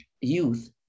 youth